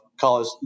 college